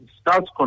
starts